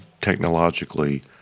technologically